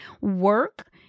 work